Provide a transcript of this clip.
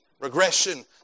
regression